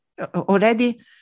already